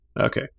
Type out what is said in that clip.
Okay